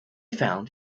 found